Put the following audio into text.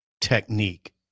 technique